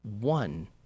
one